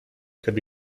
could